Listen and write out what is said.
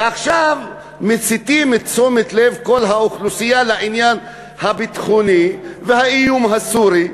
ועכשיו מסיטים את תשומת לב כל האוכלוסייה לעניין הביטחוני והאיום הסורי,